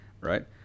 right